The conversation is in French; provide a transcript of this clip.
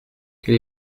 quel